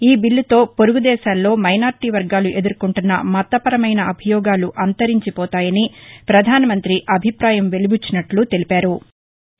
ఈ బిల్లుతో పొరుగుదేశాల్లో మైనార్టీ వర్గాలు ఎదుర్కొంటున్న మతపరమైన అభియోగాలు అంతరించిపోతాయని పధాన మంతి అభిప్రాయం వెలిబుచ్చినట్లు తెలిపారు